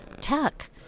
Tech